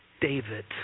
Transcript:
David